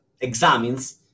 examines